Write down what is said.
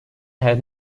had